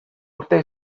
urtea